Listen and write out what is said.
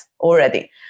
already